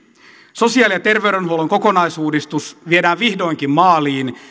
sosiaali ja terveydenhuollon kokonaisuudistus viedään vihdoinkin maaliin ja